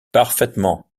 parfaitement